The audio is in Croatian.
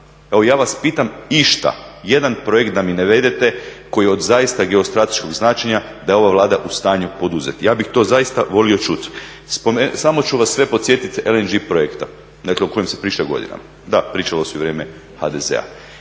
Evo ja vas pitam išta jedan projekt da mi navedete koji je od geostrateškog značenja da je ova Vlada u stanju poduzeti, ja bih to zaista volio čuti. Samo ću vas sve podsjetiti LNG projekta, dakle o kojem se priča godinama. Da, pričalo se i u vrijeme HDZ-a.